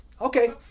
Okay